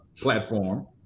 platform